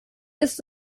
ist